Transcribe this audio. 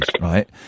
Right